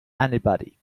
anybody